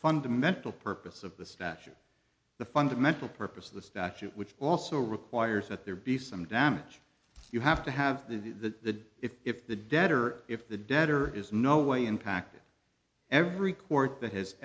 fundamental purpose of the statute the fundamental purpose of the statute which also requires that there be some damage you have to have the if if the debtor if the debtor is no way impacted every court that has